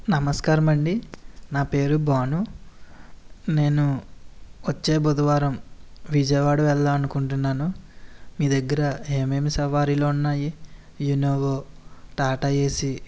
నమస్కారం అండి నా పేరు భాను నేను వచ్చే బుధవారం విజయవాడ వెళ్ళాలి అనుకుంటున్నాను మీ దగ్గర ఏమేమి సవారీలు ఉన్నాయి ఇనోవా టాటా ఏసీ